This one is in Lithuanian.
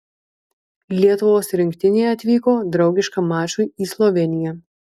lietuvos rinktinė atvyko draugiškam mačui į slovėniją